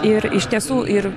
ir iš tiesų ir